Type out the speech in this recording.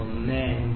15